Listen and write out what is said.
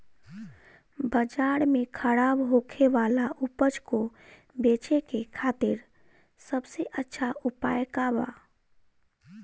बाजार में खराब होखे वाला उपज को बेचे के खातिर सबसे अच्छा उपाय का बा?